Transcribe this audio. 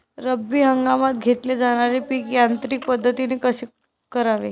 रब्बी हंगामात घेतले जाणारे पीक यांत्रिक पद्धतीने कसे करावे?